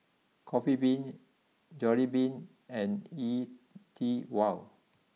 Coffee Bean Jollibean and E T Wow